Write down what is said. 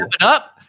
up